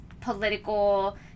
political